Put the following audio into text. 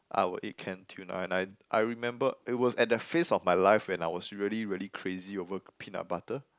I will eat can tuna and I I remember it was at that phase of my life when I was really really crazy over peanut butter